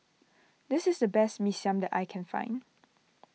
this is the best Mee Siam that I can find